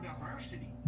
diversity